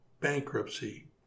bankruptcy